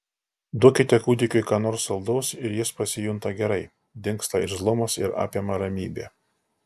duokite kūdikiui ką nors saldaus ir jis pasijunta gerai dingsta irzlumas ir apima ramybė